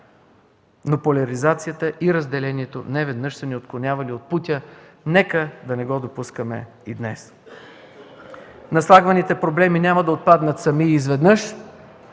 но поляризацията и разделението неведнъж са ни отклонявали от пътя. Нека да не го допускаме и днес. Наслагваните проблеми няма да отпаднат сами изведнъж,